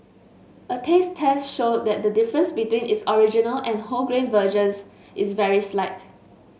a taste test showed that the difference between its original and wholegrain versions is very slight